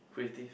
creative